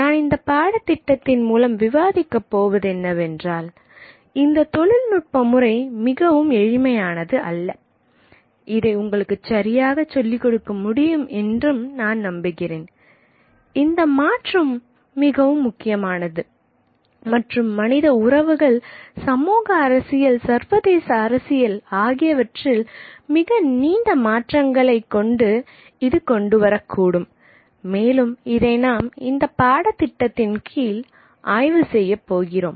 நான் இந்தப் பாடத்திட்டத்தின் மூலம் விவாதிக்கப் போவது என்னவென்றால் இந்த தொழில்நுட்ப முறை மிகவும் எளிமையானது அல்ல இதை உங்களுக்கு சரியாக சொல்லிக் கொடுக்க முடியும் என்றும் நான் நம்புகிறேன் இந்த மாற்றம் மிகவும் முக்கியமானது மற்றும் மனித உறவுகள் சமூகம் அரசியல் சர்வதேச அரசியல் ஆகியவற்றில் மிகநீண்ட மாற்றங்களை கொண்டு இது கொண்டு வரக்கூடும் மேலும் இதை நாம் இந்தப் பாடத்திட்டத்தின் கீழ் ஆய்வு செய்யப் போகிறோம்